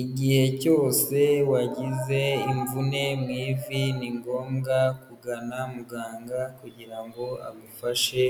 Igihe cyose wagize imvune mu ivi ni ngombwa kugana muganga, kugira ngo agufashe